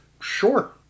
Sure